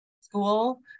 school